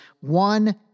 one